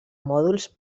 mòduls